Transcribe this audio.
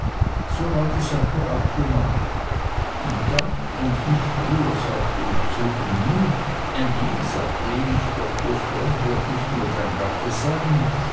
so war die sache abgemacht und dann und nicht früher sagte ich zu ännie ännie sagte ich dr strong wird nicht nur dein gatte sein